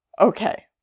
Okay